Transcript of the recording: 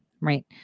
right